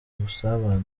busabane